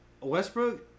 Westbrook